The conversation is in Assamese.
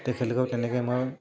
তেখেতলোকেও তেনেকৈ মই